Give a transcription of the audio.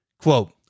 Quote